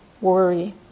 worry